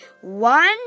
One